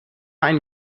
ein